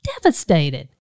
devastated